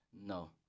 no